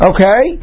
Okay